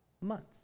months